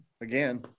again